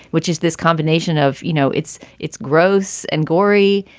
which is this combination of, you know, it's it's gross and gory,